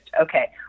Okay